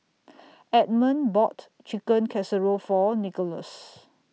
Edmund bought Chicken Casserole For Nicolas